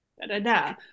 da-da-da